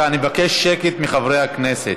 חברי הכנסת,